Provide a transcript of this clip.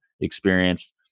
experienced